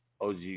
OG